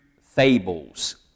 fables